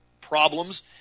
problems